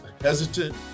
hesitant